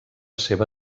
seva